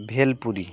bhelpuri